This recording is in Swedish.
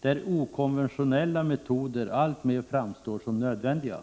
där okonventionella metoder alltmer framstår som nödvändiga.